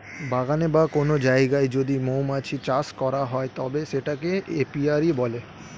বাগানে বা কোন জায়গায় যদি মৌমাছি চাষ করা হয় তবে সেটাকে এপিয়ারী বলে